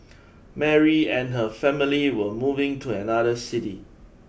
Mary and her family were moving to another city